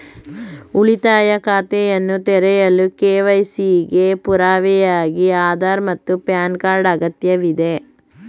ಉಳಿತಾಯ ಖಾತೆಯನ್ನು ತೆರೆಯಲು ಕೆ.ವೈ.ಸಿ ಗೆ ಪುರಾವೆಯಾಗಿ ಆಧಾರ್ ಮತ್ತು ಪ್ಯಾನ್ ಕಾರ್ಡ್ ಅಗತ್ಯವಿದೆ